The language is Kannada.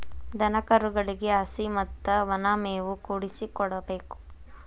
ದನಕರುಗಳಿಗೆ ಹಸಿ ಮತ್ತ ವನಾ ಮೇವು ಕೂಡಿಸಿ ಕೊಡಬೇಕ